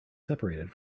seperated